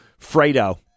Fredo